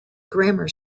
grammar